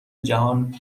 جهان